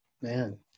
Man